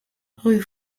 rue